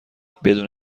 بدون